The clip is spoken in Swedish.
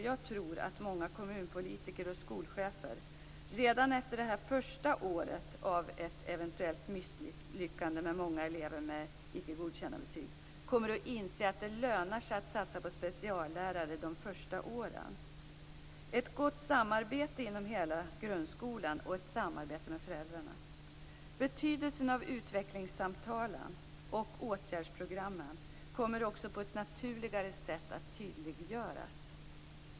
Jag tror att många kommunpolitiker och skolchefer, redan efter det här första året med ett eventuellt misslyckande med många elever med icke godkända betyg, kommer att inse att det lönar sig att satsa på speciallärare de första åren, ett gott samarbete inom hela grundskolan och ett samarbete med föräldrarna. Betydelsen av utvecklingssamtalen och åtgärdsprogrammen kommer också på ett naturligare sätt att tydliggöras.